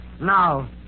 Now